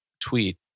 tweet